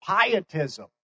pietism